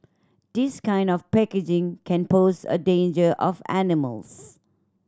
this kind of packaging can pose a danger of animals